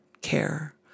care